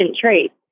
traits